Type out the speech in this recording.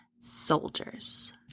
soldiers